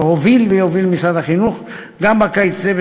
הוביל ויוביל משרד החינוך גם בקיץ זה,